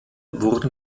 wurden